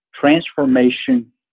transformation